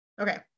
Okay